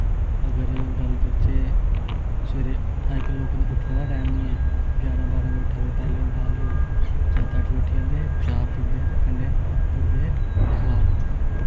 अगर गल्ल करचै सवेरे अजकल लोकें दा उट्ठने दा टाइम निं ऐ ग्यारां बारां बजे उट्ठै दे पैह्लें होंदा हा लोक सत्त अट्ठ बजे उठी जंदे हे चाह् पींदे हे ते कन्नै पढ़दे हे अखबार